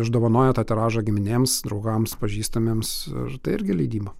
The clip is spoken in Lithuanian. išdovanoja tą tiražą giminėms draugams pažįstamiems ir tai irgi leidyba